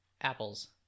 apples